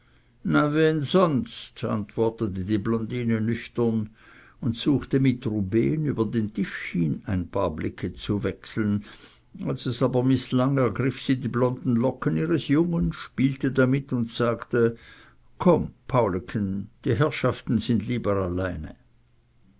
antwortete die blondine nüchtern und suchte mit rubehn über den tisch hin ein paar blicke zu wechseln als es aber mißlang ergriff sie die blonden locken ihres jungen spielte damit und sagte komm pauleken die herrschaften sind lieber alleine